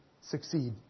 succeed